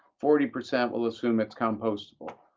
forty percent will assume it's compostable,